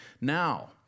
Now